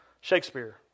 Shakespeare